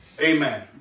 Amen